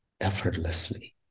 effortlessly